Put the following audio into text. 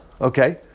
Okay